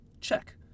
Check